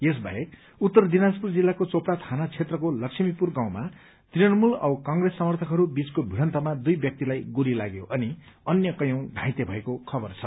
यस बाहेक उत्तर दिनाजपूर जिल्लाको चोपड़ा थाना क्षेत्रको लक्ष्मीपूर गाउँमा तृणमूल औ कंप्रेस समर्थकहरू बीचको भीड़न्तमा दुइ व्यक्तिलाई गोली लाग्यो अनि अन्य कयौं घाइते भएको खबर छ